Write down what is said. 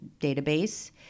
database